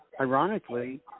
ironically